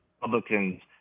Republicans